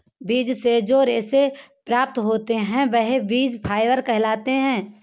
बीज से जो रेशे से प्राप्त होते हैं वह बीज फाइबर कहलाते हैं